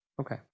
Okay